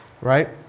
right